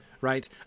right